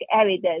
evidence